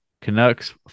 Canucks